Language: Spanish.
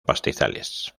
pastizales